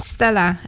Stella